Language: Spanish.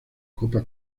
copa